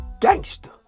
gangster